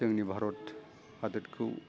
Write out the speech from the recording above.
जोंनि भारत हादोरखौ